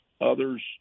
Others